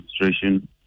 administration